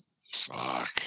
Fuck